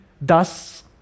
thus